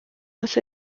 los